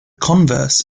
converse